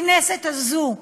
הכנסת הזו,